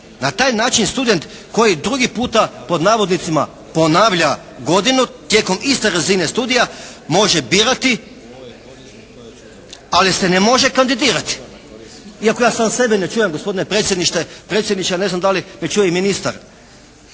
na taj način student koji drugi puta "ponavlja" godinu tijekom iste razine studija može birati ali se ne može kandidirati. Iako ja sam sebe ne čujem gospodine predsjedniče, ne znam da li me čuje ministar